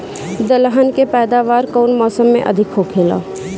दलहन के पैदावार कउन मौसम में अधिक होखेला?